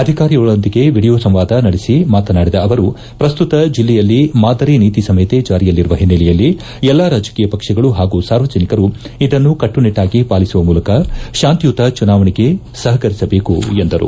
ಅಧಿಕಾರಿಗಳೊಂದಿಗೆ ಎಡಿಯೋ ಸಂವಾಧ ನಡೆಸಿ ಮಾತನಾಡಿದ ಅವರು ಪ್ರಸ್ತುತ ಜಿಲ್ಲೆಯಲ್ಲಿ ಮಾದರಿ ನೀತಿ ಸಂಹಿತೆ ಜಾರಿಯಲ್ಲಿರುವ ಹಿನ್ನೆಲೆಯಲ್ಲಿ ಎಲ್ಲಾ ರಾಜಕೀಯ ಪಕ್ಷಗಳು ಹಾಗೂ ಸಾರ್ವಜನಿಕರು ಇದನ್ನು ಕಟ್ಟುನಿಟ್ಟಾಗಿ ಪಾಲಿಸುವ ಮೂಲಕ ಶಾಂತಿಯುತ ಚುನಾವಣೆಗೆ ಸಹಕರಿಸಬೇಕು ಎಂದರು